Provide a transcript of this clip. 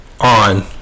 on